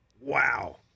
Wow